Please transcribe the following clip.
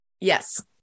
Yes